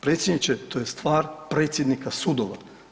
Predsjedniče to je stvar predsjednika sudova.